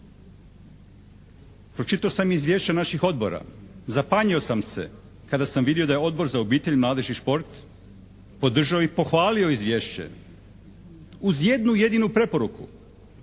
Pročitao sam izvješća naših odbora, zapanjio sam se kada sam vidio da je Odbor za obitelj, mladež i šport podržao i pohvalio izvješće uz jednu jedinu preporuku